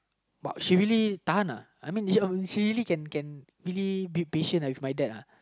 but she really tahan ah I mean she she really can can really be patient uh with my dad uh